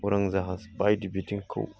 उरां जाहाज बायदि बिथिंखौ